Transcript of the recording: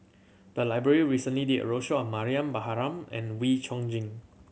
the library recently did a roadshow on Mariam Baharom and Wee Chong Jin